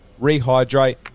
rehydrate